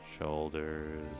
shoulders